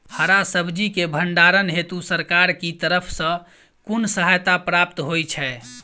हरा सब्जी केँ भण्डारण हेतु सरकार की तरफ सँ कुन सहायता प्राप्त होइ छै?